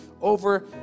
over